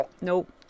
nope